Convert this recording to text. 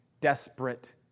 desperate